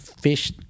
fish